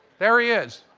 there he is.